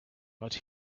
but